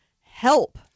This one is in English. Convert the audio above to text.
Help